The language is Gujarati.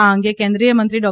આ અંગે કેન્દ્રીય મંત્રી ડૉ